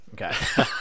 Okay